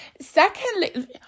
Secondly